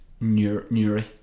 Newry